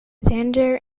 xander